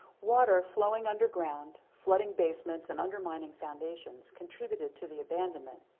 water, flowing underground, flooding basements, and undermining foundations contributed to the abandonment.